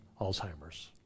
Alzheimer's